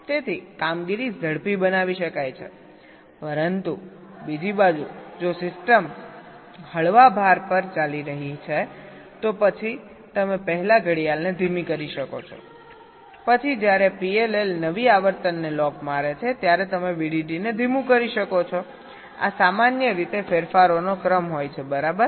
તેથી કામગીરી ઝડપી બનાવી શકાય છે પરંતુ બીજી બાજુ જો સિસ્ટમ હળવા ભાર પર ચાલી રહી છેતો પછી તમે પહેલા ઘડિયાળને ધીમી કરી શકો છો પછી જ્યારે PLL નવી આવર્તનને લોક મારે છે ત્યારે તમે VDD ને ધીમું કરી શકો છો આ સામાન્ય રીતે ફેરફારોનો ક્રમ હોય છે બરાબર